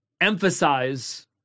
emphasize